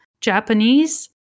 Japanese